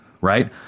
right